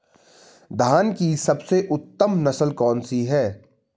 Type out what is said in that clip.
धान की सबसे उत्तम नस्ल कौन सी है?